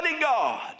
God